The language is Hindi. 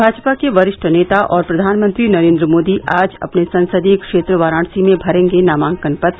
भाजपा के वरिष्ठ नेता और प्रधानमंत्री नरेन्द्र मोदी आज अपने संसदीय क्षेत्र वाराणसी में भरेंगे नामांकन पत्र